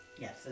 Yes